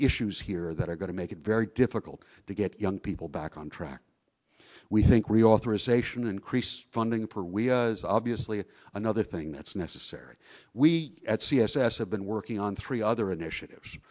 issues here that are going to make it very difficult to get young people back on track we think reauthorization increase funding for we obviously another thing that's necessary we at c s s have been working on three other initiatives